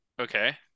Okay